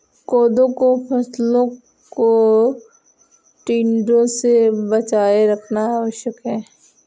कोदो की फसलों को टिड्डों से बचाए रखना आवश्यक है